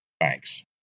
Thanks